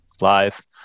live